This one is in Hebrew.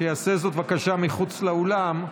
שיעשה זאת בבקשה מחוץ לאולם,